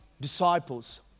disciples